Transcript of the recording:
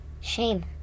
Shame